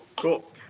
Cool